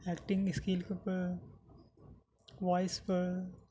acting skill کے اوپر voice پر